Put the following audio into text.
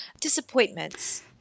Disappointments